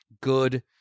good